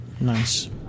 Nice